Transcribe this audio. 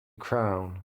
crown